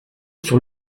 sur